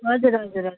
हजुर हजुर हजुर